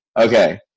okay